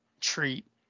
Treat